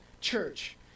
church